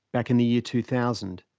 back in the year two thousand,